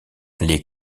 les